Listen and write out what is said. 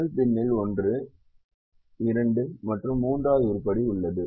முதல் பின்னில் ஒன்று இரண்டு மற்றும் மூன்றாவது உருப்படி உள்ளது